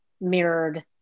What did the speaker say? mirrored